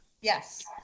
Yes